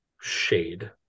Shade